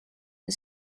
the